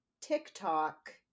TikTok